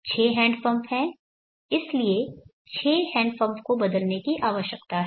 6 handpump हैं इसलिए 6 handpump को बदलने की आवश्यकता है